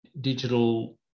digital